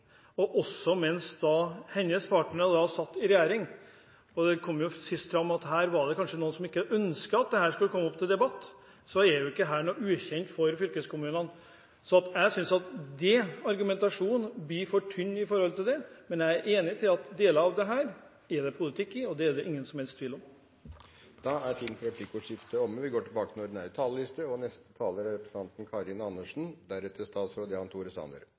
også mens hennes partnere satt i regjering. Og når det kom fram at det kanskje var noen her som ikke ønsket at dette skulle komme opp til debatt, da er ikke dette noe ukjent for fylkeskommunene. Jeg synes at argumentasjonen når det gjelder dette, blir for tynn, men jeg er enig i at deler av dette er det politikk i, det er det ingen som helst tvil om. Replikkordskiftet er omme. I dag burde galleriet og presselosjen vært fullsatt, for kommuneøkonomi og kommunereform er